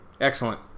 Excellent